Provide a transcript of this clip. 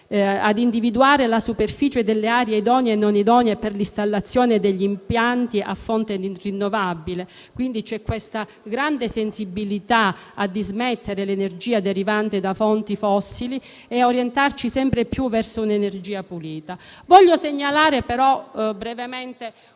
a individuare la superficie delle aree idonee e non all'installazione degli impianti a fonte rinnovabile (quindi c'è grande sensibilità a dismettere lo sfruttamento di fonti fossili, per orientarsi sempre più verso un'energia pulita). Voglio però segnalare brevemente